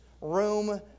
Room